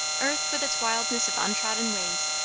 earth with its wildness of untrodden ways,